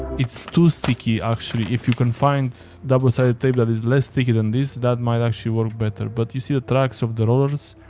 it's too sticky actually. if you can find double sided tape that is less sticky than this, that might actually work better. but you see the tracks of the rollers.